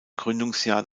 gründungsjahr